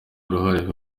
uruhare